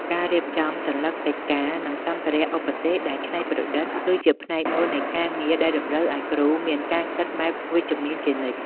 ការរៀបចំសន្លឹកកិច្ចការ និងសម្ភារៈឧបទេសដែលច្នៃប្រឌិត គឺជាផ្នែកមួយនៃការងារដែលតម្រូវឱ្យគ្រូមានការគិតបែបវិជ្ជមានជានិច្ច។